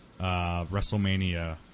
WrestleMania